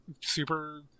super